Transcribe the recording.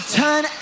turn